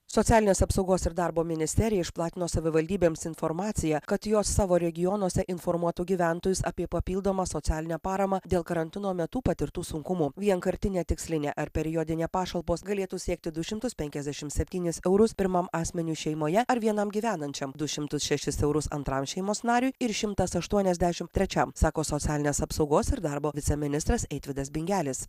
socialinės apsaugos ir darbo ministerija išplatino savivaldybėms informaciją kad jos savo regionuose informuotų gyventojus apie papildomą socialinę paramą dėl karantino metu patirtų sunkumų vienkartinė tikslinė ar periodinė pašalpos galėtų siekti du šimtus penkiasdešimt septynis eurus pirmam asmeniui šeimoje ar vienam gyvenančiam du šimtus šešis eurus antram šeimos nariui ir šimtas aštuoniasdešimt trečiam sako socialinės apsaugos ir darbo viceministras eitvydas bingelis